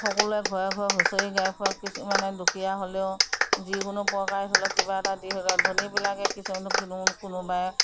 সকলোৱে ঘৰে ঘৰে হুঁচৰি গাই ফুৰে কিছুমানে দুখীয়া হ'লেও যিকোনো প্ৰকাৰে হ'লেও কিবা এটা দি হ'লেও ধনীবিলাকে কিছুমানে কোনোবাই